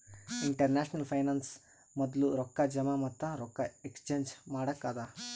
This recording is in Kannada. ಇಂಟರ್ನ್ಯಾಷನಲ್ ಫೈನಾನ್ಸ್ ಮೊದ್ಲು ರೊಕ್ಕಾ ಜಮಾ ಮತ್ತ ರೊಕ್ಕಾ ಎಕ್ಸ್ಚೇಂಜ್ ಮಾಡಕ್ಕ ಅದಾ